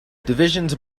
divisions